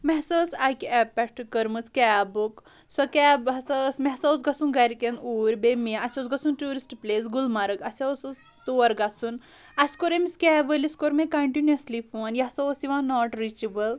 مےٚ ہسا ٲس اکہِ ایپ پٮ۪ٹھ کٔرمٕژ کیب بُک سۄ کیب ہسا ٲس مےٚ ہسا اوس گژھُن گرِکٮ۪ن اوٗرۍ بیٚیہِ مےٚ اسہِ اوس گژھُن ٹوٗرِسٹ پلیس گُلمرٕگ اسہِ حظ اوس تور گژھُن اسہِ کوٚر أمِس کیب وٲلِس کوٚر مےٚ کنٹنیوسلی فون یہِ ہسا اوس یِوان ناٹ رِیٖچیبٕل